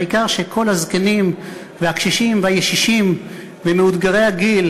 והעיקר שכל הזקנים והקשישים והישישים ומאותגרי הגיל